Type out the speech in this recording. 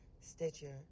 Stitcher